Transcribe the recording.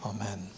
Amen